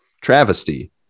Travesty